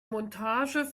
montage